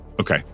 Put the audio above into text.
Okay